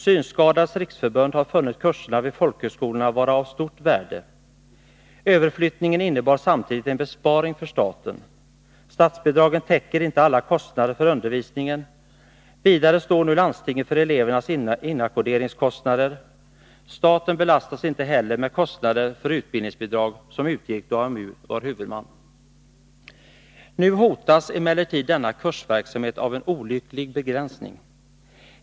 Synskadades riksförbund har funnit kurserna vid folkhögskolorna vara av stort värde. Överflyttningen innebar samtidigt en besparing för staten. Statsbidragen täcker inte alla kostnader för undervisningen. Vidare står nu landstingen för elevernas inackorderingskostnader. Staten belastas inte heller med kostnader för utbildningsbidrag, som utgick då AMU var huvudman. Nu hotas emellertid denna kursverksamhet av en olycklig begränsning.